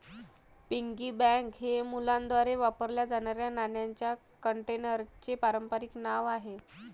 piggy bank हे मुलांद्वारे वापरल्या जाणाऱ्या नाण्यांच्या कंटेनरचे पारंपारिक नाव आहे